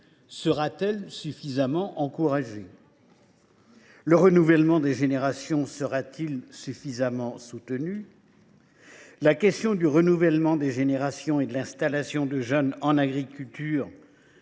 sera t elle suffisamment encouragée ? Le renouvellement des générations sera t il suffisamment soutenu ? La question du renouvellement des générations et de l’installation de jeunes en agriculture